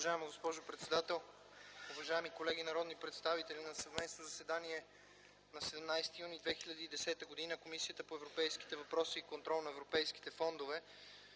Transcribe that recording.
уважаема госпожо председател. Уважаеми колеги народни представители! „На съвместно заседание на 17 юни 2010 г., Комисията по европейските въпроси и контрол на европейските фондове